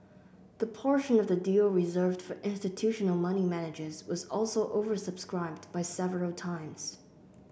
the portion of the deal reserved for institutional money managers was also oversubscribed by several times